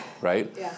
right